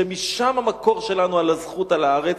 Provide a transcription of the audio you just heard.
שמשם המקור שלנו לזכות על הארץ,